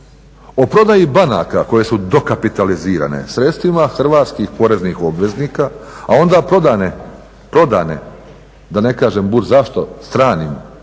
O prodaji banaka koje su dokapitalizirane sredstvima hrvatskih poreznih obveznika, a onda prodane, proda, da ne kažem …/Govornik